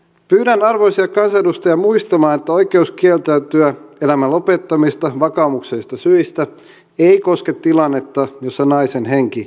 pyydän arvoisia kansanedustajia muistamaan että oikeus kieltäytyä elämän lopettamisesta vakaumuksellisista syistä ei koske tilannetta jossa naisen henki on vaarassa